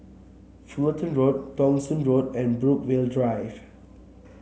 Fullerton Road Thong Soon Road and Brookvale Drive